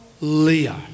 Leah